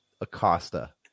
Acosta